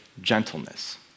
gentleness